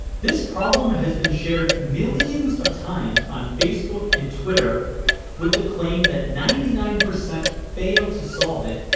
this problem has been shared millions of times on facebook and twitter with the claim that ninety nine percent failed to solve it,